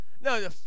No